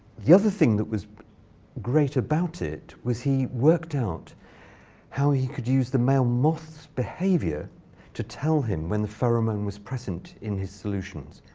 the other thing that was great about it was he worked out how he could use the male moth's behavior to tell him when the pheromone was present in his solutions,